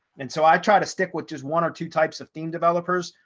and so i try to stick with just one or two types of theme developers,